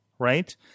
Right